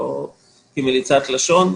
לא כמליצת לשון,